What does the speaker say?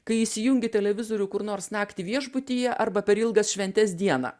kai įsijungi televizorių kur nors naktį viešbutyje arba per ilgas šventes dieną